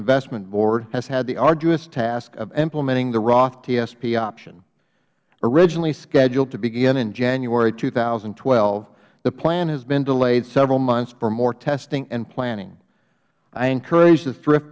investment board has had the arduous task of implementing the roth tsp option originally scheduled to begin in january two thousand and twelve the plan has been delayed several months for more testing and planning i encourage the thri